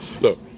Look